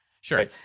sure